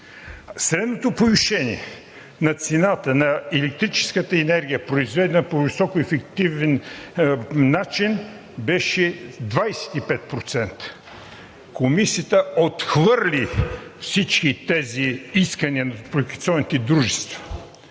Средното повишение на цената на електрическата енергия, произведена по високо ефективен начин беше 25%. Комисията отхвърли всички тези искания на топлофикационните дружества